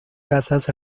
casas